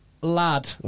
lad